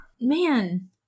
Man